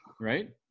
right